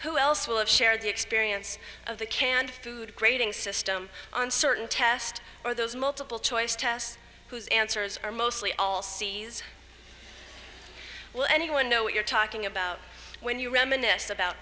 who else will have shared the experience of the canned food grading system on certain test or those multiple choice tests whose answers are mostly all cs well anyone know what you're talking about when you reminisce about